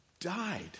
died